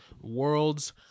World's